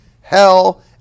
hell